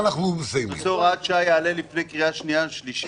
של הוראת שעה יעלה לפי קריאה שנייה ושלישית.